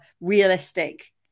realistic